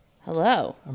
Hello